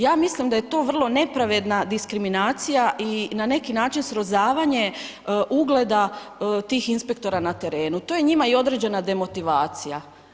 Ja mislim da je to vrlo nepravedna diskriminacija i na neki način srozavanje ugleda tih inspektora na terenu, to je njima i određena demotivacija.